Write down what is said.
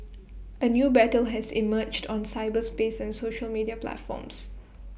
A new battle has emerged on cyberspace and social media platforms